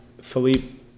Philippe